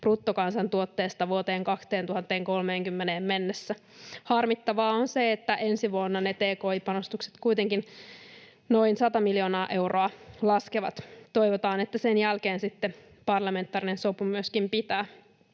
bruttokansantuotteesta vuoteen 2030 mennessä. Harmittavaa on se, että ensi vuonna ne tki-panostukset kuitenkin noin 100 miljoonaa euroa laskevat. Toivotaan, että sen jälkeen sitten parlamentaarinen sopu myöskin pitää.